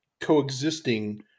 coexisting